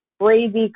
crazy